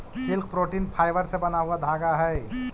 silk protein fibre से बना हुआ धागा हई